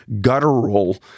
guttural